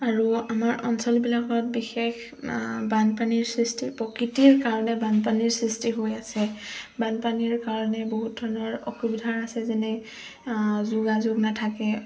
আৰু আমাৰ অঞ্চলবিলাকত বিশেষ বানপানীৰ সৃষ্টি প্ৰকৃতিৰ কাৰণে বানপানীৰ সৃষ্টি হৈ আছে বানপানীৰ কাৰণে বহুত ধৰণৰ অসুবিধাৰ আছে যেনে যোগাযোগ নাথাকে